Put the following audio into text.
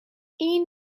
این